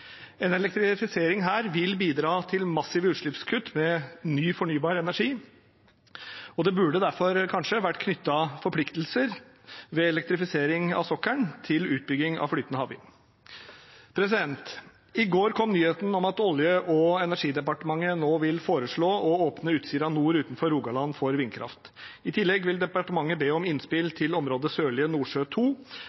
En elektrifisering her vil bidra til massive utslippskutt ved ny fornybar energi, og det burde derfor kanskje vært knyttet forpliktelser til elektrifisering av sokkelen til utbygging av flytende havvind. I går kom nyheten om at Olje- og energidepartementet nå vil foreslå å åpne Utsira Nord utenfor Rogaland for vindkraft. I tillegg vil departementet be om innspill